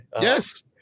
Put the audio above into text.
Yes